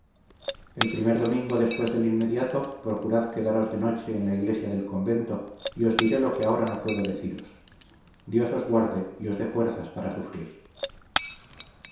el primer domingo después del inmediato procurad quedaros de noche en la iglesia del convento y os diré lo que ahora no puedo deciros dios os guarde y os dé fuerzas para sufrir